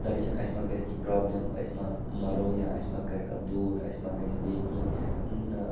خۄدا رٔچھِنۍ اَسہِ ما گژھِ کیٚنٛہہ پرٛابلِم أسۍ ما مَرو یا اَسہِ ما کَرِ کانٛہہ دود اَسہِ ما گژھِ بیٚیہِ کیٚنٛہہ نہَ